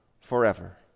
forever